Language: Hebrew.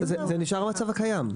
זה נשאר המצב הקיים.